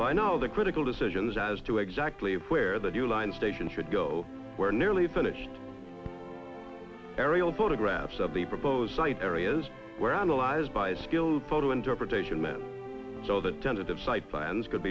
by now the critical decisions as to exactly where the new line station should go were nearly finished aerial photographs of the proposed site areas were analyzed by a skilled photo interpretation meant so that tentative site plans could